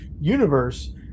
universe